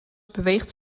beweegt